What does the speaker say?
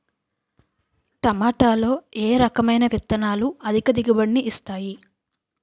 టమాటాలో ఏ రకమైన విత్తనాలు అధిక దిగుబడిని ఇస్తాయి